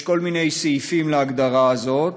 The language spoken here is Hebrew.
יש כל מיני סעיפים להגדרה הזאת,